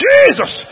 Jesus